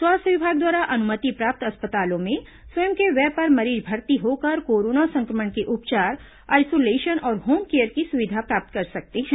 स्वास्थ्य विभाग द्वारा अनुमति प्राप्त अस्पतालों में स्वयं के व्यय पर मरीज भर्ती होकर कोरोना सं क्र मण के उपचार आइसोलेशन और होम केयर की सुविधा प्राप्त कर सकते हैं